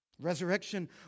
Resurrection